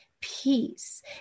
peace